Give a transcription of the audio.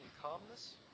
calmness